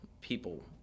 people